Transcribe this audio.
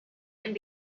and